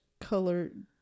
colored